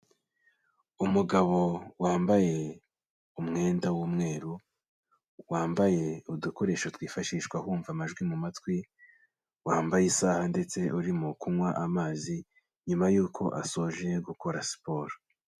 Umugabo wambaye umwenda w'umweru, wambaye udukoresho twifashishwa wumva amajwi mu matwi, wambaye isaha ndetse urimo kunywa amazi, nyuma yuko asoje gukora siporo.